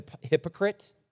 hypocrite